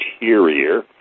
interior